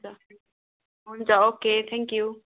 हुन्छ हुन्छ okay thank you